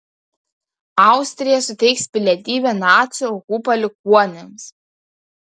austrija suteiks pilietybę nacių aukų palikuonims